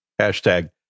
hashtag